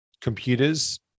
computers